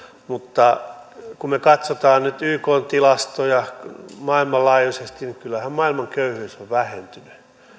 mutta kun me katsomme nyt ykn tilastoja maailmanlaajuisesti niin kyllähän maailman köyhyys on vähentynyt